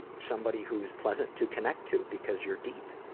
somebody who is pleasant to connect to because you are deep?